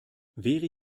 wäre